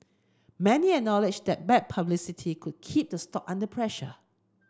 many acknowledge that bad publicity could keep the stock under pressure